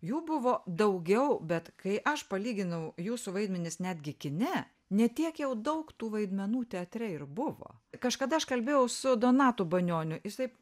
jų buvo daugiau bet kai aš palyginau jūsų vaidmenis netgi kine ne tiek jau daug tų vaidmenų teatre ir buvo kažkada aš kalbėjau su donatu banioniu jisai